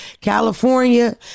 California